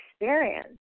experience